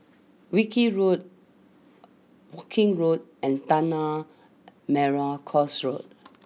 Wilkie Road Woking Road and Tanah Merah Coast Road